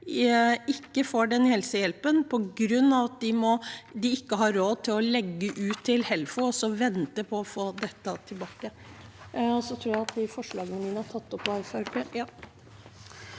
ikke får den helsehjelpen på grunn av at de ikke har råd til å legge ut for Helfo og så vente på å få dette tilbake.